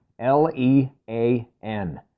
L-E-A-N